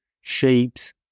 shapes